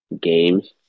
games